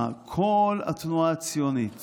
בכל התנועה הציונית